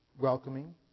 welcoming